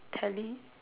tele